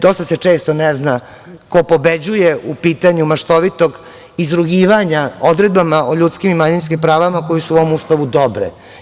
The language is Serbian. Dosta se često ne zna ko pobeđuje u pitanju maštovitog izrugivanja odredbama o ljudskim i manjinskim pravima koje su u ovom Ustavu dobre.